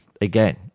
again